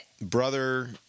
brother